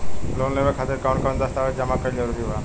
Loan लेवे खातिर कवन कवन दस्तावेज जमा कइल जरूरी बा?